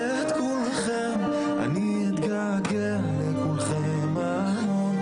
אז אם למות, למות ככה, לשמור על המדינה.